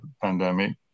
pandemic